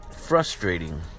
frustrating